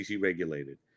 regulated